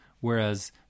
Whereas